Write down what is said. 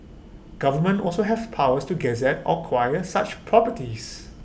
government also have powers to gazette or quire such properties